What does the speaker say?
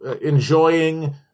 enjoying